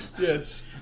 Yes